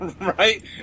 Right